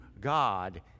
God